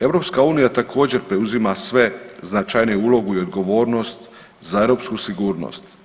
EU također preuzima sve značajnije ulogu i odgovornost za europsku sigurnost.